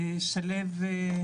שליו,